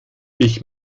ich